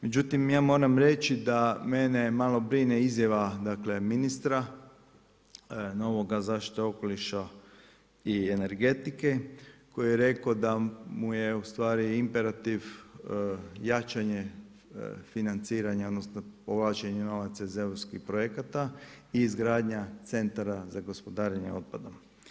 Međutim, ja moram reći da mene malo brine izjava dakle ministra, novoga zaštite okoliša i energetike koji je rekao da mu je ustvari imperativ jačanje financiranja odnosno povlačenje novaca iz europskih projekata i izgradnja centara za gospodarenje otpadom.